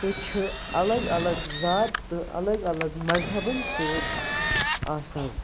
تہٕ چھِ اَلگ اَلگ ذات تہٕ الگ الگ مذہبَن سۭتۍ آسان